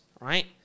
right